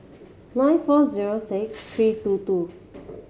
nine four zero six three two two